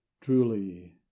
Truly